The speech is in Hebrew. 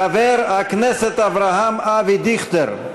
חבר הכנסת אברהם אבי דיכטר,